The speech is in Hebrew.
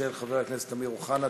של חבר הכנסת אמיר אוחנה,